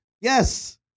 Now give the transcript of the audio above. Yes